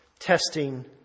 Testing